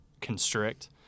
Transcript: constrict